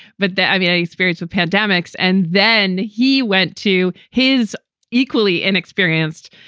but the everyday experience of pandemics. and then he went to his equally inexperienced.